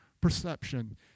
perception